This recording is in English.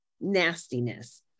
nastiness